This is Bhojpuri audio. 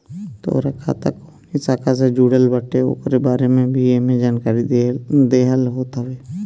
तोहार खाता कवनी शाखा से जुड़ल बाटे उकरे बारे में भी एमे जानकारी देहल होत हवे